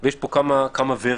ויש פה כמה ורסיות.